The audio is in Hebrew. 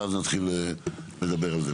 ואז נתחיל לדבר על זה.